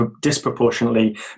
disproportionately